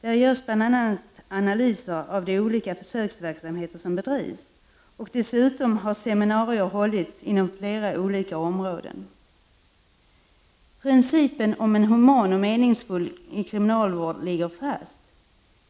Där görs bl.a. analyser av de olika försöksverksamheter som bedrivs, och dessutom har seminarier hållits inom flera olika områden. Principen om en human och meningsfull kriminalvård ligger fast.